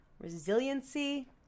Resiliency